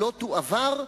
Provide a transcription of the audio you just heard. "לא תועבר",